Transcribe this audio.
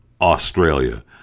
Australia